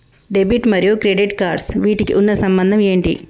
Debit మరియు credit cards వీటికి ఉన్న సంబంధం ఏంటి?